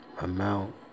amount